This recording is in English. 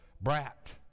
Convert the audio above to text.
brat